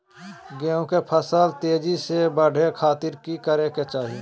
गेहूं के फसल तेजी से बढ़े खातिर की करके चाहि?